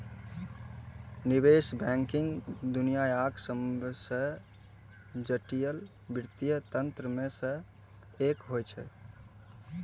निवेश बैंकिंग दुनियाक सबसं जटिल वित्तीय तंत्र मे सं एक होइ छै